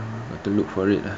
but to look for it lah